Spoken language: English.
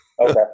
Okay